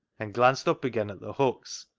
and glanced up again at the hooks,